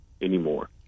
anymore